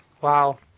Wow